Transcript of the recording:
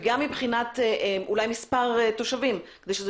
ואלי גם מבחינת מספר תושבים כדי שזה